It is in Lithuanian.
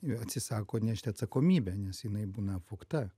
atsisako nešti atsakomybę nes jinai būna vogta